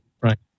right